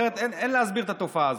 אחרת אין להסביר את התופעה הזאת.